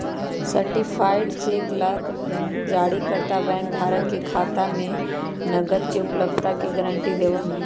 certified cheque ला जारीकर्ता bank धारक के खाता में नकद के उपलब्धता के गारंटी देवा हई